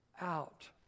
out